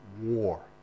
war